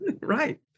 right